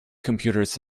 computers